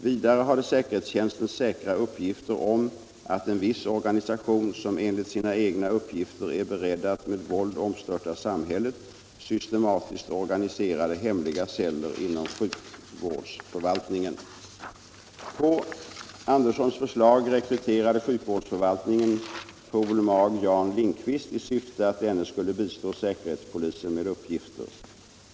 Vidare hade säkerhetstjänsten säkra uppgifter om att en viss organisation, som enligt sina egna uppgifter är beredd att med våld omstörta samhället, systematiskt organiserade hemliga celler inom sjukvårdsförvaltningen. På Anderssons förslag rekryterade sjukvårdsförvaltningen pol. mag. Jan Lindqvist i syfte att denne skulle bistå säkerhetspolisen med uppgifter.